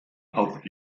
auch